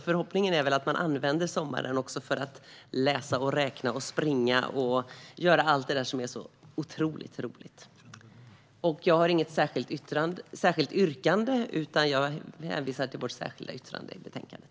Förhoppningen är väl att man använder sommaren till att läsa, räkna, springa och göra allt det där som är så otroligt roligt. Jag har inget särskilt yrkande utan hänvisar till vårt särskilda yttrande i betänkandet.